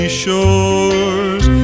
shores